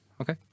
okay